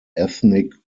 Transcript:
ethnic